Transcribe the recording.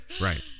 Right